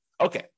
okay